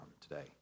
today